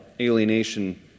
alienation